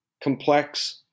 complex